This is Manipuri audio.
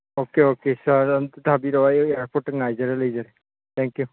ꯑꯣꯀꯦ ꯑꯣꯀꯦ ꯁꯥꯔ ꯑꯃꯨꯛꯇ ꯊꯥꯕꯤꯔꯛꯑꯣ ꯑꯩ ꯑꯦꯌꯥꯔꯄꯣꯔꯠꯇ ꯉꯥꯏꯖꯔ ꯂꯩꯖꯔꯦ ꯊꯦꯡꯀ꯭ꯌꯨ